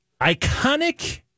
Iconic